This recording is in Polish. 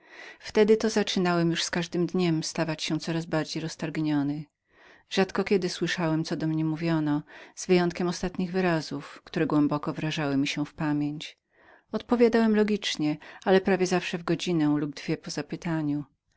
wtedy to zaczynałem już z każdym dniem stawać się coraz bardziej roztargnionym rzadko kiedy słyszałem co do mnie mówiono wyjąwszy ostatnie wyrazy które głęboko wrażały mi się w pamięć odpowiadałem logicznie ale zawsze prawie w jedną lub dwie godziny po zapytaniu